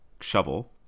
Shovel